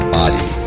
body